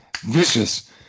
Vicious